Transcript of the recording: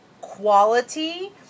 quality